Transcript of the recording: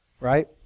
right